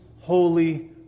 holy